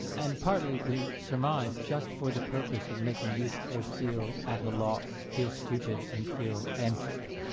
and partly we surmise just for the purpose of making euthyphro feel at a loss, feel stupid and feel empty.